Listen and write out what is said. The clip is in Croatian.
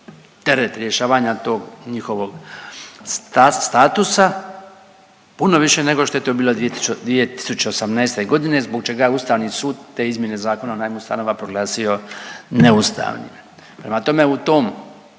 teret rješavanja tog njihovog statusa puno više nego što je bilo 2018. godine zbog čega je Ustavni sud te izmjene Zakona o najmu stanova proglasio neustavnim. Prema tome, u tom